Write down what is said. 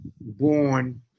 born